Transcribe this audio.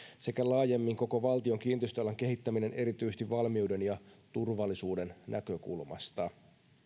sekä laajemmin koko valtion kiinteistöalan kehittäminen erityisesti valmiuden ja turvallisuuden näkökulmasta